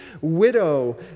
widow